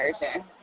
version